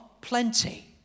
plenty